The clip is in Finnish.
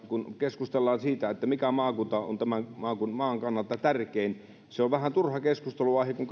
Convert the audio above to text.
kun keskustellaan siitä mikä maakunta on tämän maan kannalta tärkein niin se on vähän turha keskustelunaihe kun